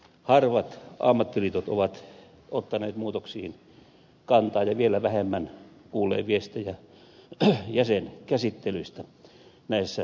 harvat ammattiliitot ovat ottaneet muutoksiin kantaa ja vielä vähemmän kuulee viestejä jäsenkäsittelyistä näissä asiasisällöissä